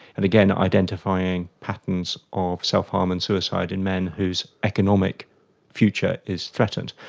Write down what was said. and again, identifying patterns of self-harm and suicide in men whose economic future is threatened.